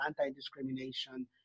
anti-discrimination